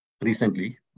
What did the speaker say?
recently